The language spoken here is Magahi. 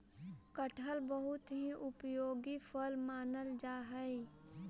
कटहल बहुत ही उपयोगी फल मानल जा हई